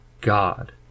God